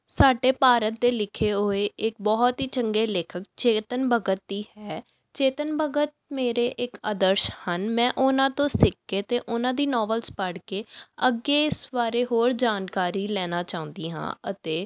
ਸਾਡੇ ਭਾਰਤ ਦੇ ਲਿਖੇ ਹੋਏ ਇੱਕ ਬਹੁਤ ਹੀ ਚੰਗੇ ਲੇਖਕ ਚੇਤਨ ਭਗਤ ਦੀ ਹੈ ਚੇਤਨ ਭਗਤ ਮੇਰੇ ਇੱਕ ਆਦਰਸ਼ ਹਨ ਮੈਂ ਉਹਨਾਂ ਤੋਂ ਸਿੱਖ ਕੇ ਅਤੇ ਉਹਨਾਂ ਦੀ ਨੋਬਲਸ ਪੜ੍ਹ ਕੇ ਅੱਗੇ ਇਸ ਬਾਰੇ ਹੋਰ ਜਾਣਕਾਰੀ ਲੈਣਾ ਚਾਹੁੰਦੀ ਹਾਂ ਅਤੇ